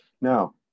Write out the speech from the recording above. Now